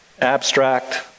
abstract